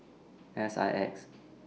S I X